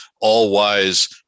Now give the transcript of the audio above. all-wise